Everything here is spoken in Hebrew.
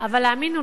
אבל האמינו לי,